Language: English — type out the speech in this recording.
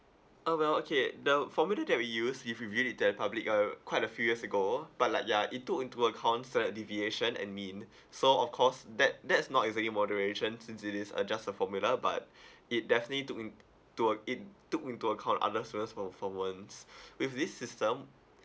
uh well okay the formula that we use if you view it that in public uh quite a few years ago but like ya it took into accounts the deviation and mean so of course that that's not exactly moderation since it is uh just a formula but it definitely took into a~ it took into account other student's performance with this system